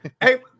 Hey